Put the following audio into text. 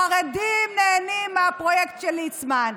החרדים נהנים מהפרויקט של ליצמן.